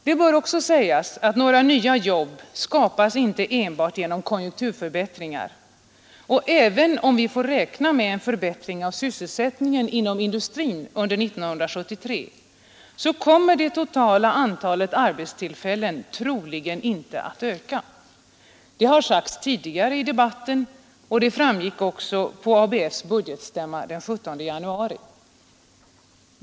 Det bör också sägas att några nya jobb skapas inte enbart genom konjunkturförbättringar, och även om vi får räkna med en förbättring av sysselsättningen inom industrin under 1973, så kommer det totala antalet arbetstillfällen troligen inte att öka. Det har sagts tidigare i debatten och framkom också på ABF:s budgetstämma den 17 januari.